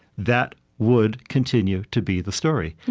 that would continue to be the story.